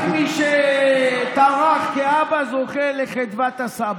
רק מי שטרח כאבא זוכה לחדוות הסבא.